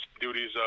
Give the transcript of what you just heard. duties